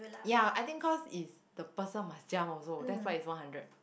ya I think cause is the person must jump also that's why it's one hundred